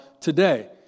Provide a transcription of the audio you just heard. today